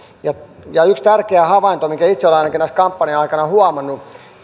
ja ja yksi tärkeä havainto minkä ainakin itse olen näiden kampanjoiden aikana huomannut